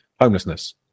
homelessness